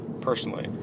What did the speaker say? Personally